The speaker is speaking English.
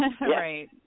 Right